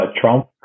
Trump